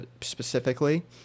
specifically